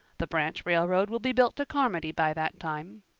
the branch railroad will be built to carmody by that time.